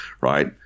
right